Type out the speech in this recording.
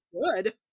good